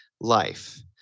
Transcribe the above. life